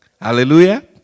Hallelujah